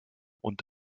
und